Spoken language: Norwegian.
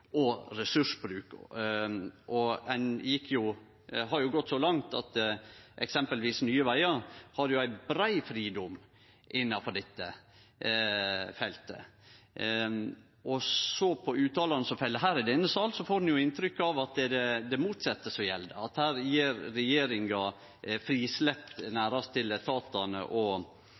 og ressursbruk, og ein har gått så langt at eksempelvis Nye Vegar har ein brei fridom innanfor dette feltet. På uttalene som fell her i denne sal, får ein inntrykk av at det er det motsette som gjeld, at her gjev regjeringa nærast frislepp til etatane, og